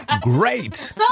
Great